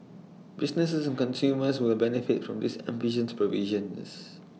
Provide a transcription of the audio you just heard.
business and consumers will benefit from its ambitious provisions